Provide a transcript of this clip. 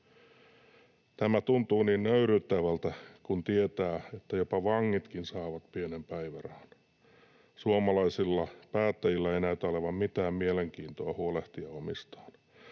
Tämä tuntuu niin nöyryyttävältä, kun tietää, että jopa vangitkin saavat pienen päivärahan. Suomalaisilla päättäjillä ei näytä olevan mitään mielenkiintoa huolehtia omistaan.